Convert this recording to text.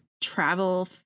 travel